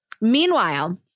Meanwhile